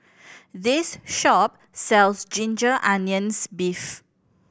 this shop sells ginger onions beef